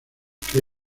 que